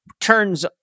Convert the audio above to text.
turns